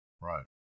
Right